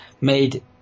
made